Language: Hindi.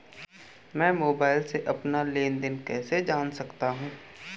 मैं मोबाइल से अपना लेन लेन देन कैसे जान सकता हूँ?